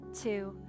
two